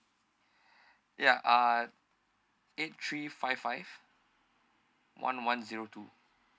ya uh eight three five five one one zero two